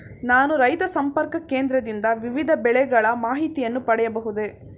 ನಾನು ರೈತ ಸಂಪರ್ಕ ಕೇಂದ್ರದಿಂದ ವಿವಿಧ ಬೆಳೆಗಳ ಮಾಹಿತಿಯನ್ನು ಪಡೆಯಬಹುದೇ?